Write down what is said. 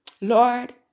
Lord